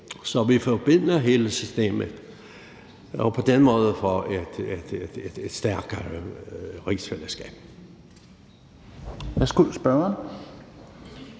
så vi forbinder hele systemet og på den måde får et stærkere rigsfællesskab.